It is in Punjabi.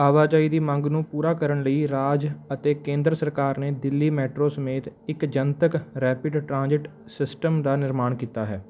ਆਵਾਜਾਈ ਦੀ ਮੰਗ ਨੂੰ ਪੂਰਾ ਕਰਨ ਲਈ ਰਾਜ ਅਤੇ ਕੇਂਦਰ ਸਰਕਾਰ ਨੇ ਦਿੱਲੀ ਮੈਟਰੋ ਸਮੇਤ ਇੱਕ ਜਨਤਕ ਰੈਪਿਡ ਟ੍ਰਾਂਜ਼ਿਟ ਸਿਸਟਮ ਦਾ ਨਿਰਮਾਣ ਕੀਤਾ ਹੈ